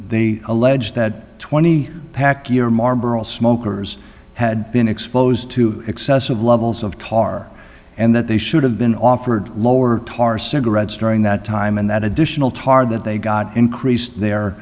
y allege that twenty pack year marber all smokers had been exposed to excessive levels of tar and that they should have been offered lower tar cigarettes during that time and that additional tar that they got increased their